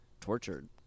tortured